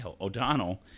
O'Donnell